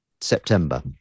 september